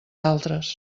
altres